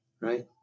right